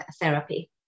therapy